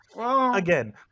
Again